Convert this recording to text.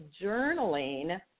journaling